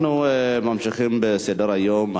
אנחנו ממשיכים בסדר-היום.